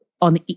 on